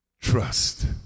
Trust